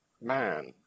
man